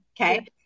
Okay